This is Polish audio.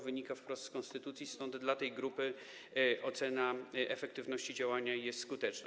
Wynika to wprost z konstytucji, stąd dla tej grupy ocena efektywności działania jest skuteczna.